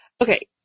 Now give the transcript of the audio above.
Okay